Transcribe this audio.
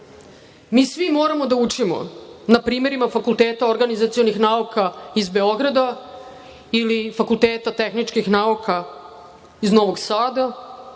svi moramo da učimo na primerima Fakulteta organizacionih nauka iz Beograda, ili Fakulteta tehničkih nauka iz Novog Sada,